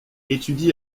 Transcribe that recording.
étudie